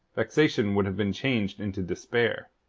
vexation would have been changed into despair.